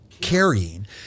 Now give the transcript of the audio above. carrying